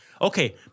okay